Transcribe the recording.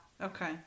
okay